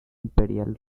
imperial